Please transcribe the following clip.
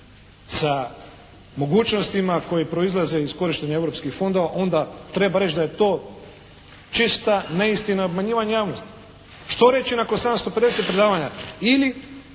sa mogućnostima koje proizlaze iz korištenja europskih fondova, onda treba reći da je to čista neistina i obmanjivanje javnosti. Što reći nakon 750 predavanja? Ili